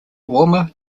warmer